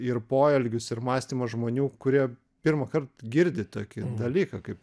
ir poelgius ir mąstymą žmonių kurie pirmąkart girdi tokį dalyką kaip